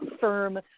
firm